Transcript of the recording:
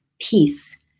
Peace